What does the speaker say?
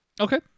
Okay